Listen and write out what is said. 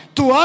tu